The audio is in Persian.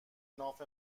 ناف